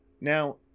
Now